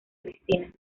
cristina